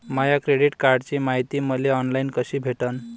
माया credit कार्डची मायती मले ऑनलाईन कसी भेटन?